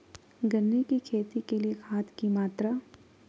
गन्ने की खेती के लिए खाद की मात्रा?